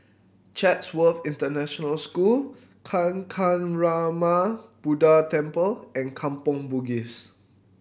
Chatsworth International School Kancanarama Buddha Temple and Kampong Bugis